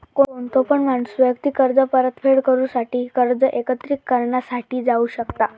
कोणतो पण माणूस वैयक्तिक कर्ज परतफेड करूसाठी कर्ज एकत्रिकरणा साठी जाऊ शकता